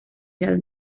tell